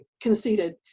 conceded